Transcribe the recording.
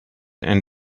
and